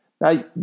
Now